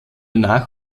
nach